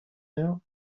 heure